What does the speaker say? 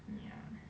mm ya